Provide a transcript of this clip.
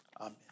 amen